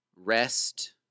rest